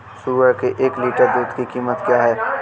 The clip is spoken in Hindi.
सुअर के एक लीटर दूध की कीमत क्या है?